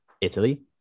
Italy